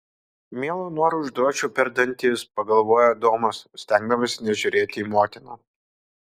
mielu noru uždrožčiau per dantis pagalvojo adomas stengdamasis nežiūrėti į motiną